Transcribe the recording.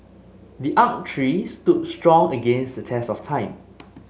the oak tree stood strong against the test of time